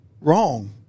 wrong